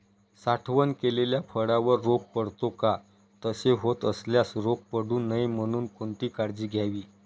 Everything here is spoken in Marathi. साठवण केलेल्या फळावर रोग पडतो का? तसे होत असल्यास रोग पडू नये म्हणून कोणती काळजी घ्यावी?